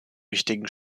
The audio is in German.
wichtigen